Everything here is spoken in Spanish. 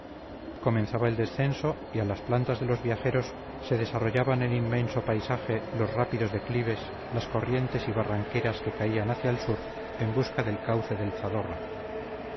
comenzaba el descenso y a las plantas de los viajeros se desarrollaban en inmenso paisaje los rápidos declives las corrientes y barranqueras que caían hacia el sur en busca del cauce del